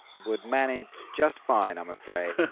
would manage just fine, i'm afraid,